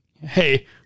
hey